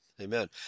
Amen